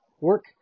Work